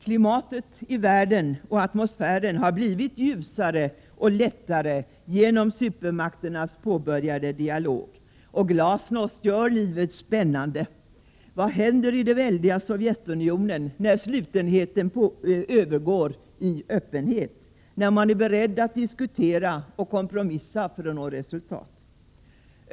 Klimatet i världen och atmosfären har blivit ljusare och lättare genom supermakternas påbörjade dialog. Glasnost gör livet spännande. Vad händer i det väldiga Sovjetunionen när slutenheten övergår i öppenhet, när man är beredd att diskutera och kompromissa för att uppnå resultat?